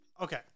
okay